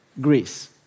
Greece